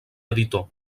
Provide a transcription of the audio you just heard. editor